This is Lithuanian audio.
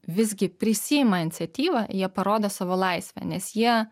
visgi prisiima iniciatyvą jie parodo savo laisvę nes jie